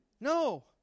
No